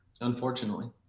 Unfortunately